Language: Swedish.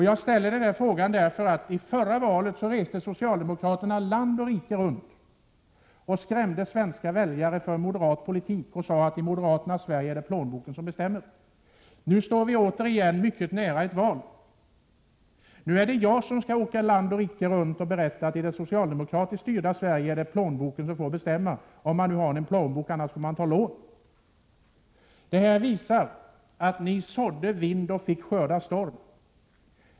Jag ställer denna fråga därför att socialdemokraterna i förra valet reste land och rike runt och skrämde svenska väljare för moderat politik och sade att i moderaternas Sverige är det plånboken som bestämmer. Nu står vi åter mycket nära ett val. Nu är det jag som skall åka land och rike runt och berätta att i det socialdemokratiskt styrda Sverige är det plånboken som bestämmer — om man nu har en plånbok, annars får man ta lån. Mina exempel visar att ni sådde vind och fick skörda storm.